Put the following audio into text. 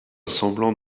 semblant